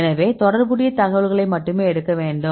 எனவே தொடர்புடைய தகவல்களை மட்டுமே எடுக்க வேண்டும்